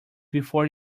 before